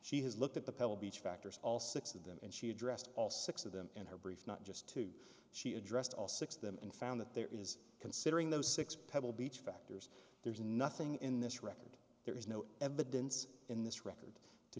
she has looked at the pebble beach factors all six of them and she addressed all six of them in her brief not just two she addressed all six of them and found that there is considering those six pebble beach factors there's nothing in this record there is no evidence in this record to